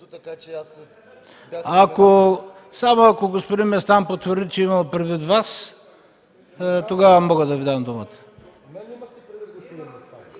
Само ако господин Местан потвърди, че е имал предвид Вас, тогава мога да Ви дам думата.